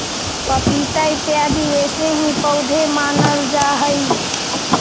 पपीता इत्यादि ऐसे ही पौधे मानल जा हई